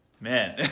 man